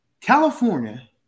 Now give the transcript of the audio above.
California